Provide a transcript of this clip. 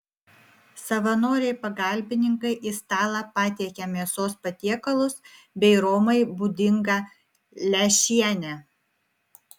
savanoriai pagalbininkai į stalą patiekia mėsos patiekalus bei romai būdingą lęšienę